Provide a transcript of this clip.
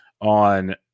on